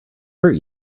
hurt